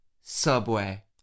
Subway